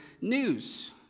news